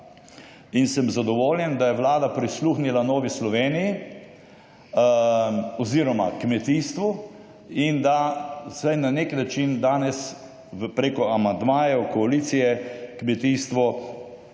In sem zadovoljen, da je Vlada prisluhnila Novi Sloveniji oziroma kmetijstvu, in da vsaj na nek način danes, v preko amandmajev koalicije kmetijstvo